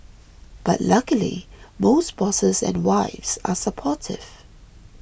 but luckily most bosses and wives are supportive